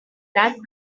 that